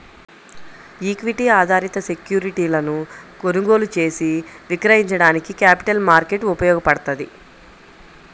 equity ఆధారిత సెక్యూరిటీలను కొనుగోలు చేసి విక్రయించడానికి క్యాపిటల్ మార్కెట్ ఉపయోగపడ్తది